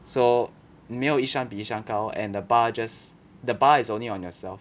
so 没有一山比一山高 and the bar just the bar is only on yourself